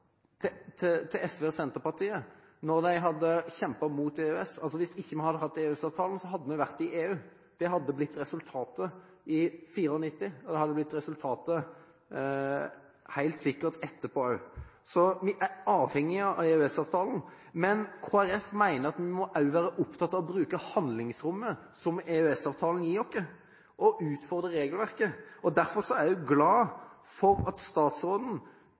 til SV og Senterpartiet da de hadde kjempet mot EØS: Hvis vi ikke hadde hatt EØS-avtalen, hadde vi vært i EU. Det hadde blitt resultatet i 1994. Det hadde helt sikkert blitt resultatet etterpå også. Så vi er avhengig av EØS-avtalen. Men Kristelig Folkeparti mener vi også må være opptatt av å bruke handlingsrommet som EØS-avtalen gir oss, og utfordre regelverket. Derfor er jeg også glad for at statsråden